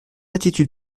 attitude